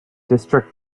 district